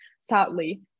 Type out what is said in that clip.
sadly